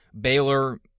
Baylor